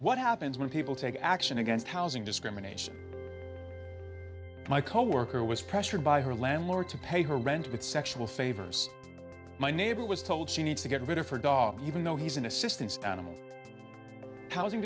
what happens when people take action against housing discrimination my coworker was pressured by her landlord to pay her rent but sexual favors my neighbor was told she needs to get rid of her dog even though he's an assistan